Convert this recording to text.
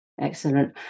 Excellent